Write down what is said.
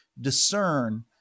discern